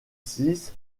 six